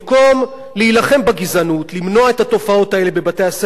למנוע את התופעות האלה של אפליית מזרחיים בבתי-הספר,